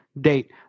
date